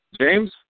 James